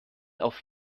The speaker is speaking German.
auf